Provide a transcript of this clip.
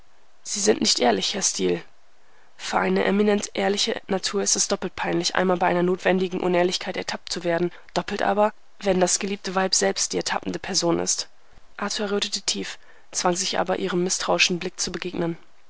sie sind nicht ehrlich herr steel für eine eminent ehrliche natur ist es doppelt peinlich einmal bei einer notwendigen unehrlichkeit ertappt zu werden doppelt aber wenn das geliebte weib selbst die ertappende person ist arthur errötete tief zwang sich aber ihrem mißtrauischen blick zu begegnen